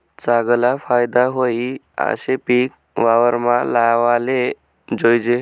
चागला फायदा व्हयी आशे पिक वावरमा लावाले जोयजे